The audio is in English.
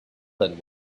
that